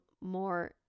more